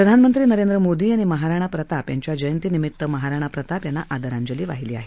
प्रधानमंत्री नरेंद्र मोदी यांनी महाराणा प्रताप यांच्या जयंतीनिमित्त महाराणा प्रताप यांना आदरांजली वाहिली आहे